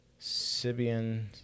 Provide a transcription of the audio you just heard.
Sibian